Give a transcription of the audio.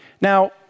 Now